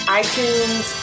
itunes